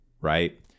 right